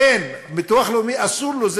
אין, ביטוח לאומי, אסור לו.